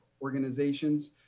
organizations